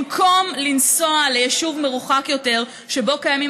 במקום לנסוע ליישוב מרוחק יותר שבו קיימים